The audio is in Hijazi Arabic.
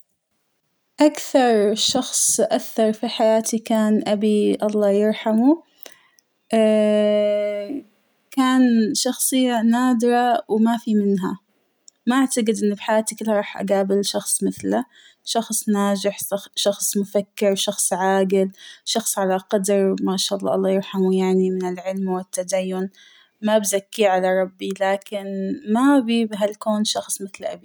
أكثر شخص أثر فى حياتى كان أبى الله يرحمه ، كان شخصية نادرة وما فى منها ، ما أعتقد أن فى حياتى كلها راح أقابل شخص مثله ، شخص ناجح ص - شخص مفكر ، شخص عاقل ، شخص على قدر ما شاء الله الله يرحمه يعنى من العلم والتدين ، ما بزكيه على ربى ، لكن ما بى بهالكون شخص مثل أبى.